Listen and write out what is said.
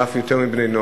ואף יותר מבני-נוער,